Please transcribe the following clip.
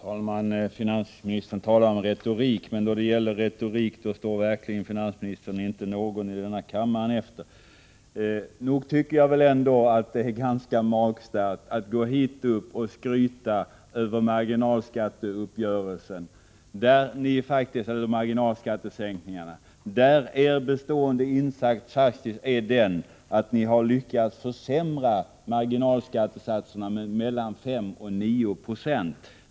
Herr talman! Finansministern talar om retorik. Då det gäller retorik står finansministern verkligen inte någon i denna kammare efter. Nog är det ganska magstarkt av finansministern att gå upp i talarstolen och skryta över marginalskattesänkningarna, när socialdemokraternas bestående insats faktiskt är att ni har lyckats försämra marginalskattesatserna med mellan 5 och 9 Ze.